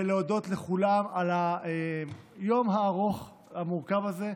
ולהודות לכולם על היום הארוך המורכב הזה.